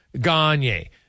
Gagne